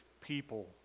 people